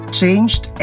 changed